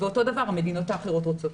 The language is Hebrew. ואותו דבר המדינות האחרות רוצות.